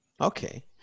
Okay